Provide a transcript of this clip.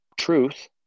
truth –